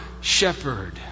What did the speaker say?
shepherd